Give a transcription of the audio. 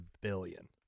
billion